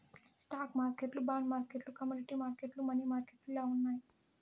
stock మార్కెట్లు bond మార్కెట్లు commodity మార్కెట్లు, మనీ మార్కెట్లు ఇలా ఉన్నాయి